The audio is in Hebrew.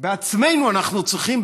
בעצמנו אנחנו צריכים,